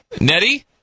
Nettie